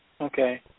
Okay